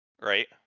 Right